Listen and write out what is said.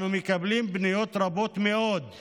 אנו מקבלים פניות רבות מאוד על